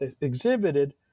exhibited